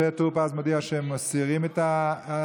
משה טור פז מודיע שהם מסירים את ההסתייגויות.